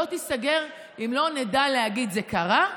לא תיסגר אם לא נדע להגיד: זה קרה,